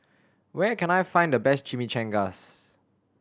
where can I find the best Chimichangas